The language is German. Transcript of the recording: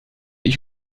ich